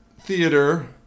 theater